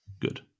Good